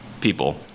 People